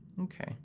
Okay